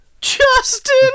Justin